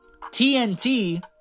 TNT